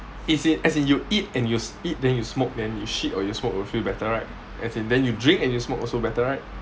is it as in you eat and you sleep then you smoke then you shit or you smoke you'll feel better right as in then you drink and you smoke also better right